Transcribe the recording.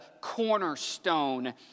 cornerstone